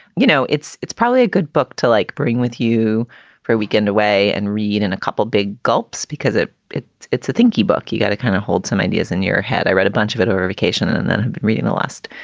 you know, it's it's probably a good book to like bring with you for a weekend away and read in a couple of big gulps because it it it's a thinky book. you got to kind of hold some ideas in your head. i read a bunch of it over a vacation and then reading the last,